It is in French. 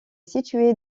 situé